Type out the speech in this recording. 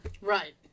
right